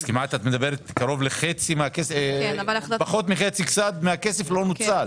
אז פחות מחצי מהכסף לא נוצל.